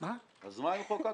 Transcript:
אז חוקקנו.